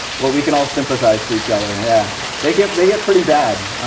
well, we can all sympathize for each other. yeah they get they get pretty bad.